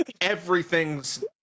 everything's